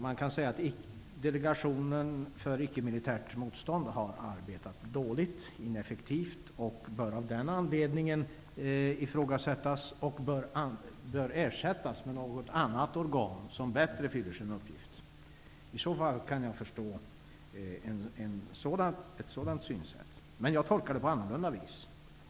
Man kan säga att Delegationen för icke-militärt motstånd har arbetat dåligt och ineffektivt och att den av den anledningen bör ifrågasättas och ersättas av något annat organ som bättre fyller sin uppgift. Ett sådant synsätt kan jag förstå. Men jag tolkar det annorlunda.